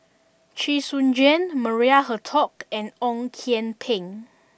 Chee Soon Juan Maria Hertogh and Ong Kian Peng